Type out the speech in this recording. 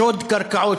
שוד קרקעות,